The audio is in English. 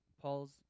Paul's